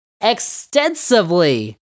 extensively